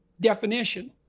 definition